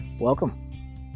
Welcome